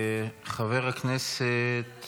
חברת הכנסת